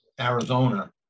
Arizona